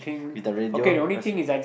with the radio rest all